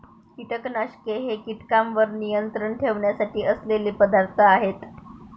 कीटकनाशके हे कीटकांवर नियंत्रण ठेवण्यासाठी असलेले पदार्थ आहेत